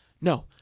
No